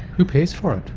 who pays for it?